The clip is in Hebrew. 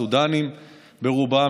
סודנים ברובם,